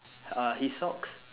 uh his socks